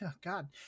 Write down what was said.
god